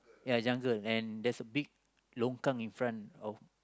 ya jungle and there's a big longkang in front of